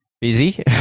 Busy